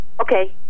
Okay